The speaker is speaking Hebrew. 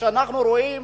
כשאנחנו רואים